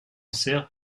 sert